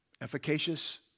efficacious